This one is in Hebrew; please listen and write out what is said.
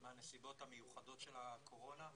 מהנסיבות המיוחדות של הקורונה,